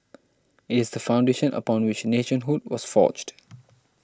it is the foundation upon which nationhood was forged